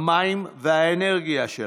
במים ובאנרגיה שלה,